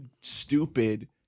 stupid